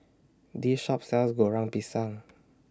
This Shop sells Goreng Pisang